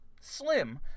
slim